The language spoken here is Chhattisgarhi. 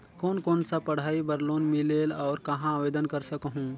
कोन कोन सा पढ़ाई बर लोन मिलेल और कहाँ आवेदन कर सकहुं?